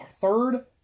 third